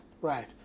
Right